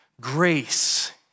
grace